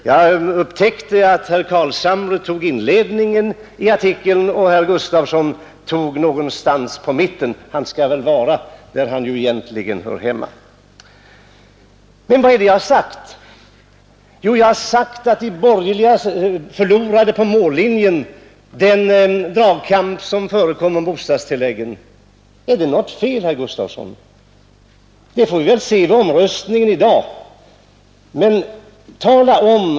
Jag upptäckte, att herr Carlshamre tog inledningen av artikeln och herr Gustavsson mitten; han skall väl vara där han egentligen hör hemma. Vad är det jag har sagt? Jo, att de borgerliga förlorade på mållinjen den dragkamp som förekom om bostadstilläggen. Är det något fel, herr Gustavsson? Det får vi se vid omröstningen i dag.